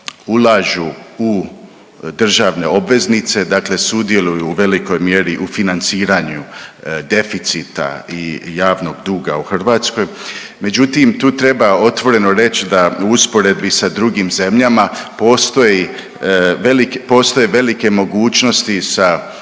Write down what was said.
ulažu u državne obveznice, dakle sudjeluju u velikoj mjeri u financiranju deficita i javnog duga u Hrvatskoj, međutim tu treba otvoreno reć da u usporedbi sa drugim zemljama postoje velike mogućnosti sa